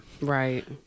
Right